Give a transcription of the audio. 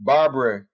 Barbara